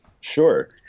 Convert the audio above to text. Sure